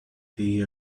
they